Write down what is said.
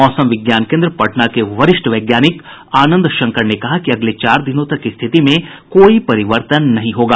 मौसम विज्ञान केंद्र पटना के वरिष्ठ वैज्ञानिक आंनद शंकर ने कहा कि अगले चार दिनों तक स्थिति में कोई परिवर्तन नहीं होगा